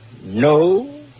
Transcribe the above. ...no